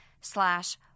slash